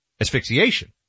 asphyxiation